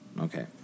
Okay